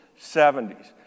70s